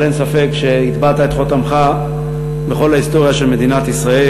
אבל אין ספק שהטבעת את חותמך בכל ההיסטוריה של מדינת ישראל: